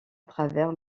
travers